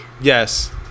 yes